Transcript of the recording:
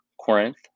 Corinth